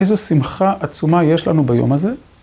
איזו שמחה עצומה יש לנו ביום הזה.